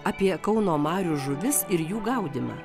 apie kauno marių žuvis ir jų gaudymą